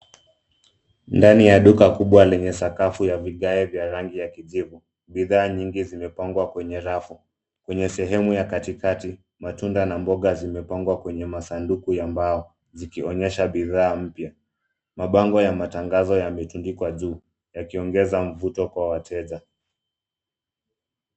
Ndani ya duka kubwa lenye sakafu ya vigae vya rangi ya kijivu. Bidhaa nyingi zimepangwa kwenye rafu. Kwenye sehemu ya katikati matunda na mboga zimepangwa kwenye masanduku ya mbao, zikionyesha bidhaa mpya, mabango ya matangazo yametundikwa juu yakiongeza mvuto kwa wateja.